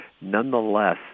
Nonetheless